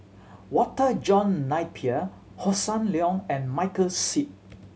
Walter John Napier Hossan Leong and Michael Seet